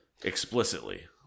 explicitly